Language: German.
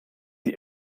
die